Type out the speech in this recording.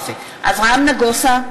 (קוראת בשמות חברי הכנסת) אברהם נגוסה,